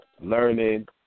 learning